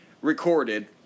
recorded